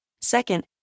Second